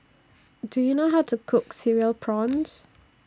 Do YOU know How to Cook Cereal Prawns